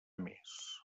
més